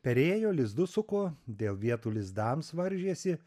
perėjo lizdus suko dėl vietų lizdams varžėsi